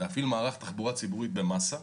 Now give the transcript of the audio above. להפעיל מערך תחבורה ציבורית במסה.